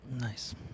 Nice